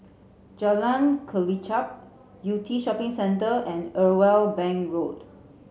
Jalan Kelichap Yew Tee Shopping Centre and Irwell Bank Road